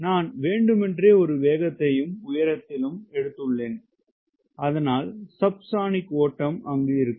நான் வேண்டுமென்றே ஒரு வேகத்தையும் உயரத்திலும் எடுத்துள்ளேன் அதனால் சப்ஸோனிக் ஓட்டம் இருக்கும்